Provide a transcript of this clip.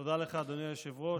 לך, אדוני היושב-ראש.